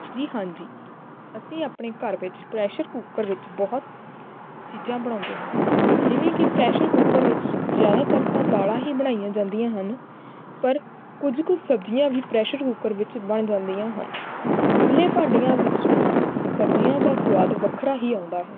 ਜੀ ਹਾਂਜੀ ਅਸੀਂ ਆਪਣੇ ਘਰ ਵਿੱਚ ਪ੍ਰੈਸ਼ਰ ਕੂਕਰ ਵਿੱਚ ਬਹੁਤ ਚੀਜ਼ਾਂ ਬਣਾਉਂਦੇ ਹਨ ਜਿਵੇਂ ਕਿ ਪ੍ਰੈਸ਼ਰ ਕੁੱਕਰ ਵਿੱਚ ਜ਼ਿਆਦਾਤਰ ਤਾਂ ਦਾਲਾਂ ਹੀ ਬਣਾਈਆਂ ਜਾਂਦੀਆਂ ਹਨ ਪਰ ਕੁਝ ਕੁ ਸਬਜ਼ੀਆਂ ਵੀ ਪ੍ਰੈਸ਼ਰ ਕੁਕਰ ਵਿੱਚ ਬਣ ਜਾਂਦੀਆਂ ਹਨ ਖੁੱਲ੍ਹੇ ਭਾਂਡਿਆਂ ਵਿੱਚ ਵੀ ਸਬਜ਼ੀਆਂ ਦਾ ਸਵਾਦ ਵੱਖਰਾ ਹੀ ਆਉਂਦਾ ਹੈ